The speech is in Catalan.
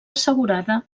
assegurada